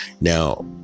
now